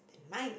than mine